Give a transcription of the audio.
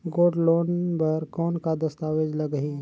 Gold loan बर कौन का दस्तावेज लगही?